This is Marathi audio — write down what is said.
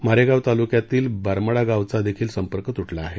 मारेगाव तालुक्यातील बामर्डा गावाचा देखील संपर्क तुटला आहे